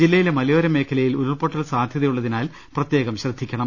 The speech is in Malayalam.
ജില്ല യിലെ മലയോര മേഖലയിൽ ഉരുൾപ്പൊട്ടൽ സാധ്യതയുള്ളതിനാൽ പ്രത്യേകം ശ്രദ്ധിക്കണം